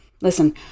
Listen